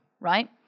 Right